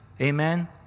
Amen